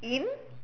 really